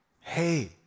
Hey